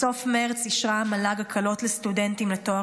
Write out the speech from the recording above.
בסוף מרץ אישרה המל"ג הקלות לסטודנטים לתואר